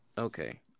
Okay